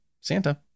Santa